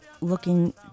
looking